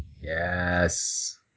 yes